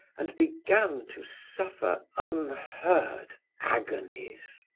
and began to suffer unheard agonies.